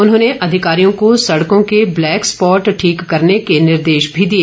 उन्होंने अधिकारियों को सड़कों के ब्लैक स्पॉट्स ठीक करने के निर्देश भी दिए